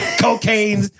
cocaine